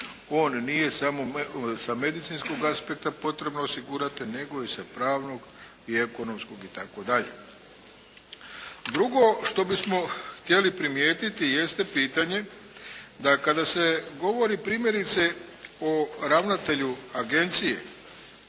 On nije samo sa medicinskog aspekta potrebno osigurati, nego i sa pravnog i ekonomskog itd. Drugo što bismo htjeli primijetiti jeste pitanje da kada se govori primjerice o ravnatelju agencije